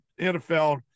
NFL